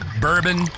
bourbon